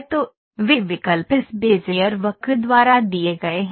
तो वे विकल्प इस बेज़ियर वक्र द्वारा दिए गए हैं